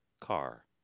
car